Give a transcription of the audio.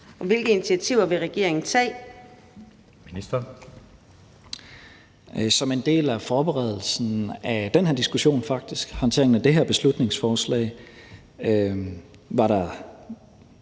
(Mattias Tesfaye): Faktisk som en del af forberedelsen af den her diskussion, håndteringen af det her beslutningsforslag, var der